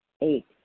Eight